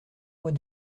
mois